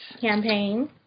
Campaign